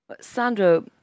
Sandro